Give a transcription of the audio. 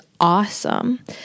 awesome